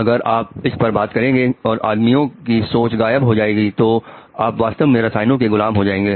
अगर आप इस पर बात करेंगे और आदमियों की सोच गायब हो जाएगी तो आप वास्तव में रसायनों के गुलाम हो जाएंगे